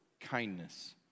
kindness